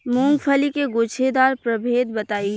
मूँगफली के गूछेदार प्रभेद बताई?